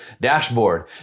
dashboard